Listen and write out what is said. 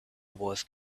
wars